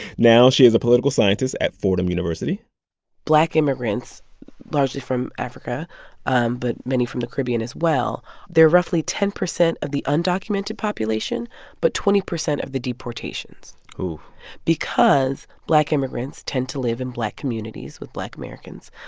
now she is a political scientist at fordham university black immigrants largely from africa um but many from the caribbean as well they're roughly ten percent of the undocumented population but twenty percent of the deportations because black immigrants tend to live in black communities with black americans.